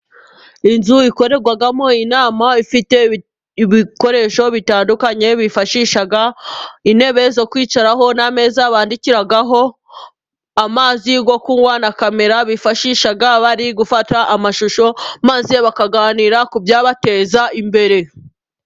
Inzu ikorerwamo inama, ifite ibikoresho bitandukanye bifashisha intebe zo kwicaraho n'ameza bandikiraho , amazi yo kunywa na camera bifashisha bari gufata amashusho , maze bakaganira ku byabateza imbere.